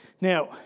Now